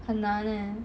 很难 eh